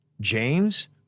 James